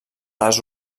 les